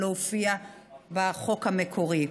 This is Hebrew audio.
שלא הופיעה בחוק המקורי.